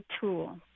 tool